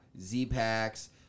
Z-Packs